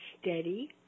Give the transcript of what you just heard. steady